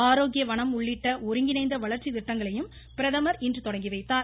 ஆரோக்கிய வனம் உள்ளிட்ட ஒருங்கிணைந்த வளர்ச்சித் திட்டங்களையும் பிரதமர் இன்று தொடங்கிவைத்தார்